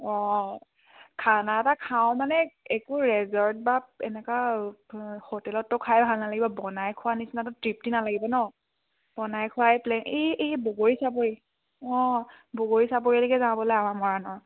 অঁ খানা এটা খাওঁ মানে একো ৰেজৰ্ট বা এনেকুৱা হোটেলততো খাই ভাল নালাগিব বনাই খোৱাৰ নিচিনাতো তৃপ্তি নালাগিব ন বনাই খোৱাই প্লেন এই এই বগৰী চাপৰি অঁ বগৰী চাপৰিলৈকে যাওঁ ব'লা আমাৰ মৰাণৰ